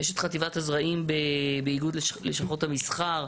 הייתי אשת חטיבת הזרעים באיגוד לשכות המסחר.